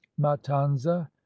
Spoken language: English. matanza